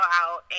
out